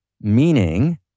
Meaning